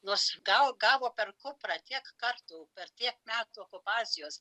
nors gal gavo per kuprą tiek kartų per tiek metų okupacijos